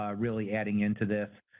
ah really adding into this.